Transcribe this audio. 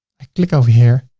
i click over here.